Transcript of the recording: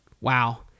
wow